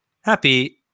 Happy